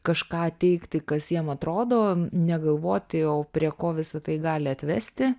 kažką teigti kas jiem atrodo negalvoti o prie ko visa tai gali atvesti